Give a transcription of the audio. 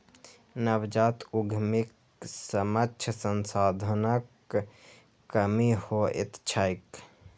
नवजात उद्यमीक समक्ष संसाधनक कमी होइत छैक